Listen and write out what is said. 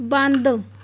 ਬੰਦ